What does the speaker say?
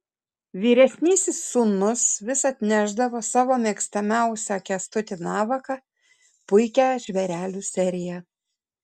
vyresnysis sūnus vis atnešdavo savo mėgstamiausią kęstutį navaką puikią žvėrelių seriją